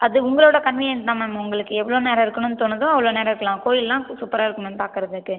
அது உங்களோடய கன்வீனியன்ட் தான் மேம் உங்களுக்கு எவ்வளோ நேரம் இருக்கணும்னு தோணுதோ அவ்வளோ நேரம் இருக்கலாம் கோயில்லாம் சூப்பராக இருக்கும் மேம் பார்க்கறதுக்கு